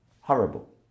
Horrible